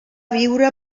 viure